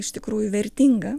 iš tikrųjų vertinga